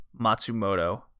Matsumoto